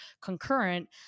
concurrent